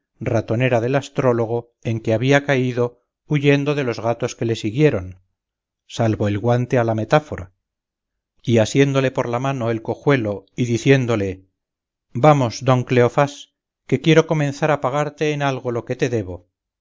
ratonera del astrólogo en que había caído huyendo de los gatos que le siguieron salvo el guante a la metáfora y asiéndole por la mano el cojuelo y diciéndole vamos don cleofás que quiero comenzar a pagarte en algo lo que te debo